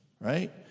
right